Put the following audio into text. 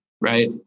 Right